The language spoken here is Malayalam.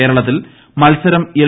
കേരളത്തിൽ മത്സരം എൽ